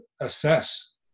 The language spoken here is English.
assess